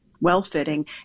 well-fitting